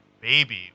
baby